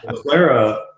Clara